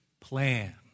plan